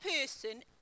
person